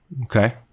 Okay